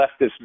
leftist